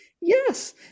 yes